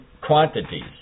quantities